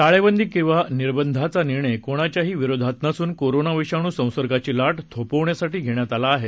टाळेबंदी किंवा निर्बंधाचा निर्णय कोणाच्याही विरोधात नसून कोरोना विषाणू संसर्गाची लाट थोपवण्यासाठी घेण्यात आला आहे